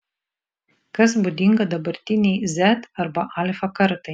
kas būdinga dabartinei z arba alfa kartai